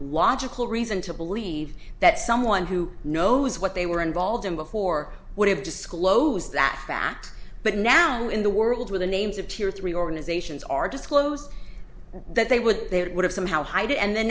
logical reason to believe that someone who knows what they were involved in before would have disclosed that fact but now in the world where the names appear three organizations are disclosed that they would they would have somehow hide it and then